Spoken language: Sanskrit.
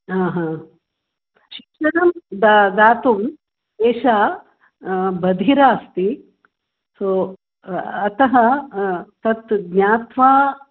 ह हा शिक्षणं दा दातुं एषा बधिरा अस्ति सो अतः तत् ज्ञात्वा